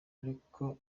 ariko